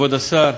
כבוד השר,